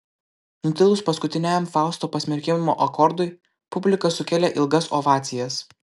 nutilus paskutiniajam fausto pasmerkimo akordui publika sukėlė ilgas ovacijas